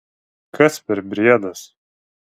kas per briedas